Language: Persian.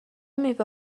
میوه